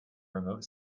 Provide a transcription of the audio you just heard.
remote